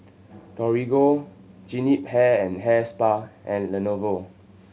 Torigo Jean Yip Hair and Hair Spa and Lenovo